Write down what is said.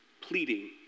pleading